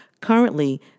Currently